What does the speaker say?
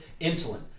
insulin